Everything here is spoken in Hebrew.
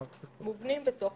במנגנונים של השקיפות.